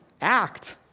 Act